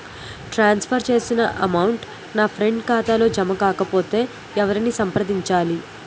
ట్రాన్స్ for చేసిన amount నా friend ఖాతాలో జమ కాకపొతే ఎవరిని సంప్రదించాలి?